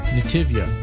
Nativia